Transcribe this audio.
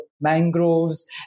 mangroves